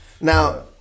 Now